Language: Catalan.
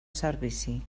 servici